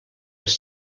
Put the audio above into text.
les